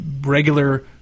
regular